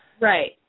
Right